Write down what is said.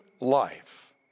life